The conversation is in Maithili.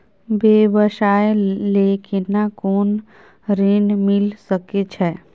व्यवसाय ले केना कोन ऋन मिल सके छै?